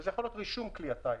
וזה יכול להיות רישום כלי הטיס.